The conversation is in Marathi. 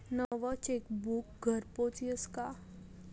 नवं चेकबुक घरपोच यस का?